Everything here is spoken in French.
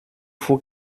faut